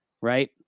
right